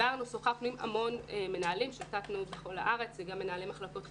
שוחחנו עם המון מנהלים בכל הארץ וגם מנהלי מחלקות חינוך.